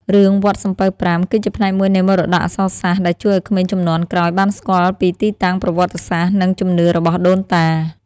រឿង «វត្តសំពៅប្រាំ» គឺជាផ្នែកមួយនៃមរតកអក្សរសាស្ត្រដែលជួយឱ្យក្មេងជំនាន់ក្រោយបានស្គាល់ពីទីតាំងប្រវត្តិសាស្រ្ត និងជំនឿរបស់ដូនតា។